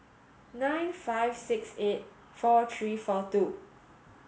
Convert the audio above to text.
nine five six eight four three four two